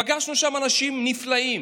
פגשנו שם אנשים נפלאים,